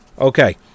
Okay